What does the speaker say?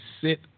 sit